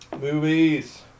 Movies